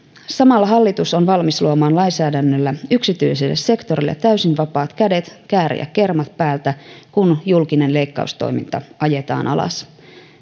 samalla hallitus on valmis luomaan lainsäädännöllä yksityiselle sektorille täysin vapaat kädet kääriä kermat päältä kun julkinen leikkaustoiminta ajetaan alas